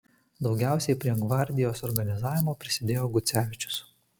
daugiausiai prie gvardijos organizavimo prisidėjo gucevičius